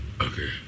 Okay